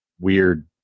weird